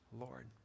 Lord